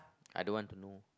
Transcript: I don't want to know